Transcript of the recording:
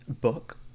book